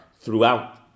throughout